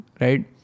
right